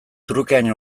trukean